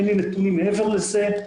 אין לי נתונים מעבר לזה.